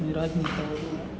રાજનેતાઓ દ્વારા